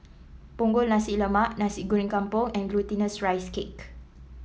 Punggol Nasi Lemak Nasi Goreng Kampung and Glutinous Rice Cake